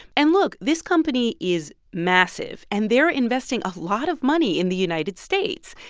and look, this company is massive. and they're investing a lot of money in the united states.